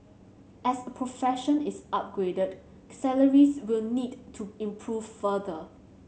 as profession is upgraded salaries will need to improve further